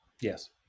Yes